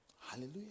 Hallelujah